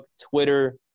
Twitter